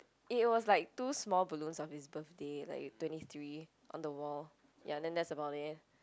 it was like two small balloons of his birthday like twenty three on the wall ya then that's about it